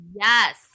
Yes